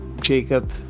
jacob